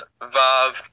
Vav